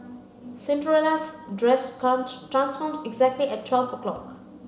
Cinderella's dress transforms exactly at twelve o'clock